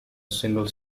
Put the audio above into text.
single